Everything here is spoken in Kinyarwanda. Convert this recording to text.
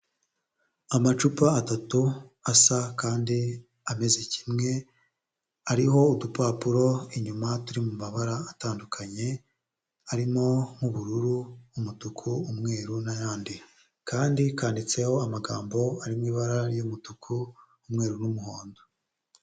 Amacupa atatu asa kandi ameze kimwe, ariho udupapuro inyuma turi mu mabara atandukanye arimo nk'ubururu, umutuku, umweru n'ayandi. Kandi kandiditseho amagambo ari mu ibara ry'umutuku, umweru n'umuhondo.